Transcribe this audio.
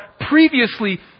previously